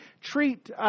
treat